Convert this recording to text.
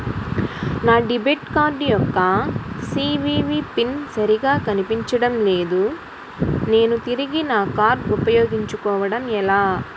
నా debit card యెక్క CVV PIN సరిగా కనిపించడం లేదు నేను తిరిగి నా కార్డ్ఉ పయోగించుకోవడం ఎలా?